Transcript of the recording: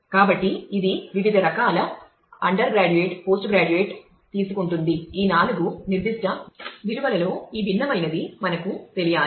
కాబట్టి ఇది వివిధ రకాల అండర్గ్రాడ్యుయేట్ తీసుకుంటుంది ఈ నాలుగు నిర్దిష్ట విలువలలో ఈ భిన్నమైనది మనకు తెలియాలి